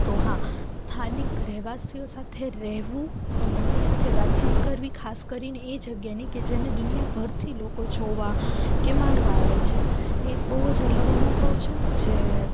તો હા સ્થાનિક રહેવાસીઓ સાથે રહેવું અને એમની સાથે વાત ચીત કરવી ખાસ કરીને એ જગ્યાની કે જેને દુનિયાભરથી લોકો જોવા કે માણવા આવે છે એ એક બહુ જ અલગ અનુભવ છે છે